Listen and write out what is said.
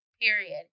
period